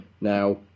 Now